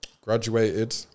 Graduated